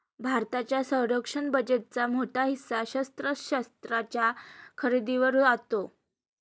भारताच्या संरक्षण बजेटचा मोठा हिस्सा शस्त्रास्त्रांच्या खरेदीवर जातो